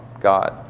God